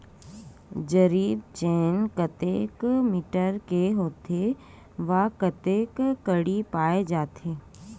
जरीब चेन कतेक मीटर के होथे व कतेक कडी पाए जाथे?